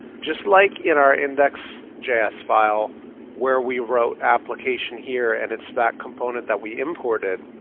just like in our index js file where we wrote application here and it's that component that we imported,